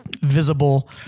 visible